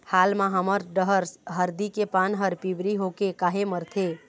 हाल मा हमर डहर हरदी के पान हर पिवरी होके काहे मरथे?